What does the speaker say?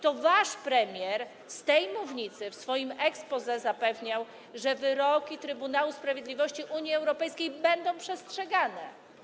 To wasz premier z tej mównicy w swoim exposé zapewniał, że wyroki Trybunału Sprawiedliwości Unii Europejskiej będą przestrzegane.